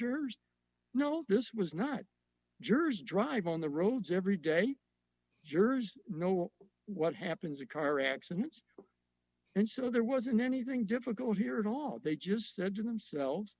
jurors no this was not jurors drive on the roads every day jurors know what happens a car accidents and so there wasn't anything difficult here at all they just said to themselves